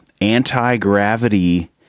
anti-gravity